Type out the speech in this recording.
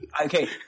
Okay